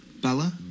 Bella